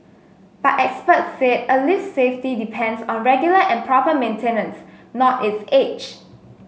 but experts said a lift's safety depends on regular and proper maintenance not its age